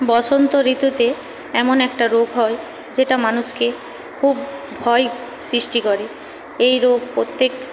বসন্ত ঋতুতে এমন একটা রোগ হয় যেটা মানুষকে খুব ভয় সৃষ্টি করে এই রোগ প্রত্যেক